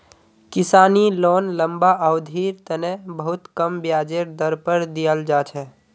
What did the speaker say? किसानी लोन लम्बा अवधिर तने बहुत कम ब्याजेर दर पर दीयाल जा छे